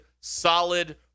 solid